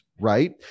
right